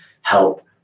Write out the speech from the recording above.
help